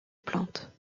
plantes